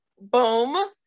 Boom